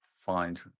find